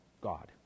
God